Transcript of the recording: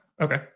okay